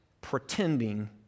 pretending